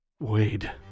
Wade